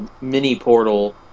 mini-portal